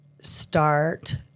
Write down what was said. start